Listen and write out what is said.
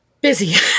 Busy